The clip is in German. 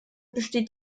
besteht